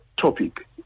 topic